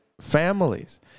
families